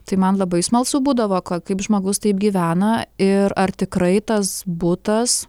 tai man labai smalsu būdavo ko kaip žmogus taip gyvena ir ar tikrai tas butas